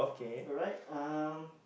alright um